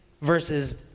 versus